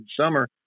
summer